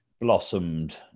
blossomed